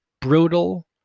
brutal